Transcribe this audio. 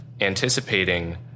anticipating